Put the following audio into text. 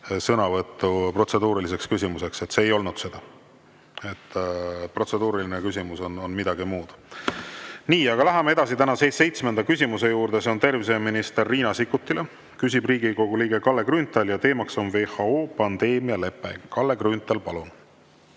sõnavõttu protseduuriliseks küsimuseks. See ei olnud seda. Protseduuriline küsimus on midagi muud. Läheme edasi tänase seitsmenda küsimuse juurde. See on tervishoiuminister Riina Sikkutile, küsib Riigikogu liige Kalle Grünthal ja teemaks on WHO pandeemialepe. Kalle Grünthal, palun!